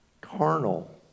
carnal